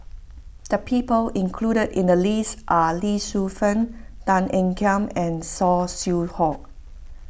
the people included in the list are Lee Shu Fen Tan Ean Kiam and Saw Swee Hock